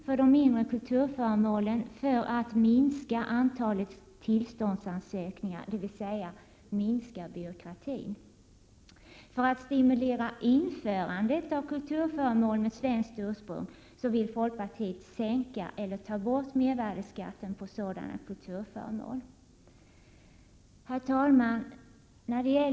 för de mindre kulturföremålen för att minska antalet tillståndsansökningar, dvs. minska byråkratin. För att stimulera införandet av kulturföremål med svenskt ursprung vill folkpartiet sänka eller ta bort mervärdeskatten på sådana kulturföremål. Herr talman!